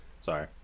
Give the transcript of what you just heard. Sorry